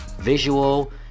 visual